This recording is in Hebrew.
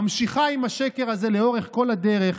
ממשיכה עם השקר הזה לאורך כל הדרך,